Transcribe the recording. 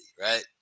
right